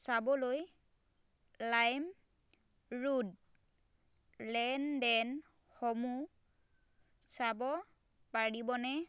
চাবলৈ লাইমৰোড লেনদেনসমূহ চাব পাৰিবনে